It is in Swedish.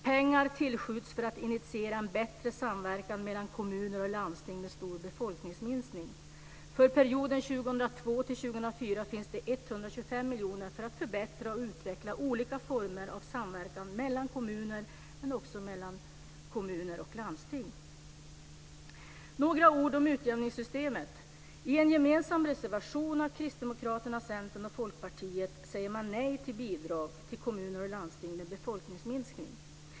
Pengar tillskjuts för att initiera en bättre samverkan mellan kommuner och landsting med stor befolkningsminskning. För perioden 2002-2004 finns det 125 miljoner för att förbättra och utveckla olika former av samverkan mellan kommuner men också mellan kommuner och landsting. Några ord om utjämningssystemet. I en gemensam reservation från Kristdemokraterna, Centern och Folkpartiet säger man nej till bidrag till kommuner och landsting med befolkningsminskning.